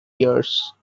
years